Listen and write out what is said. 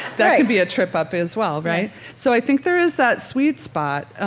that could be a trip-up as well, right? so i think there is that sweet spot,